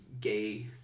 gay